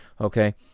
Okay